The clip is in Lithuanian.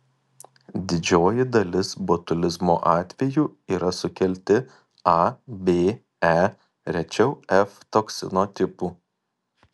didžioji dalis botulizmo atvejų yra sukelti a b e rečiau f toksino tipų